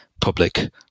public